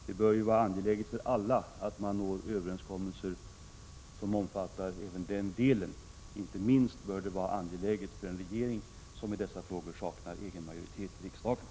Det bör vara angeläget för alla att nå överenskommelser som omfattar även den delen, inte minst för en regering som i dessa frågor saknar egen majoritet i riksdagen.